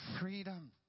freedom